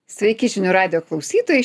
sveiki žinių radijo klausytojai